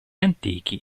antichi